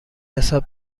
حساب